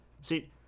See